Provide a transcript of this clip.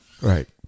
Right